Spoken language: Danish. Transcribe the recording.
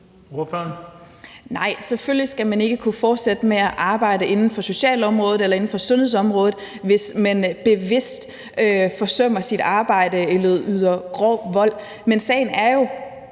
Nej, selvfølgelig skal man ikke kunne fortsætte med at arbejde inden for socialområdet eller inden for sundhedsområdet, hvis man bevidst forsømmer sit arbejde eller udøver grov vold, men sagen er jo,